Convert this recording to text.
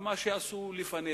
ומה שעשו לפניה.